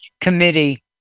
committee